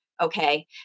okay